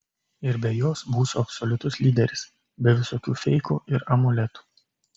ir be jos būsiu absoliutus lyderis be visokių feikų ir amuletų